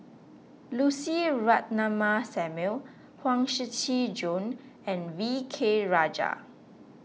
Lucy Ratnammah Samuel Huang Shiqi Joan and V K Rajah